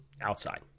outside